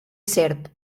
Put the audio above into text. serp